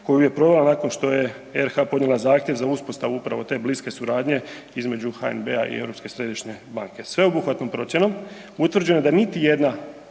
koju je provela nakon što je RH podnijela zahtjev za uspostavu upravo te bliske suradnje između HNB-a i ESB-a. Sveobuhvatnom procjenom utvrđeno je da niti jedna